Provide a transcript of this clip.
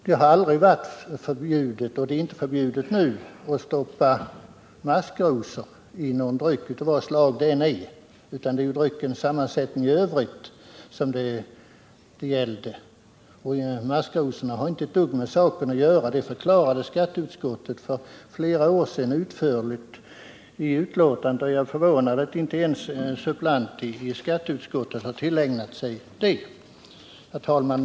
Det har aldrig varit förbjudet — och är det inte nu heller — att stoppa maskrosor i drycker av vad slag de än är. Det var dryckens sammansättning i övrigt det gällde. Maskrosorna har inte ett dugg med saken att göra — det förklarade skatteutskottet utförligt i betänkandet för flera år sedan. Jag är förvånad över att en suppleant i skatteutskottet inte har tillägnat sig det. Herr talman!